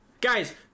Guys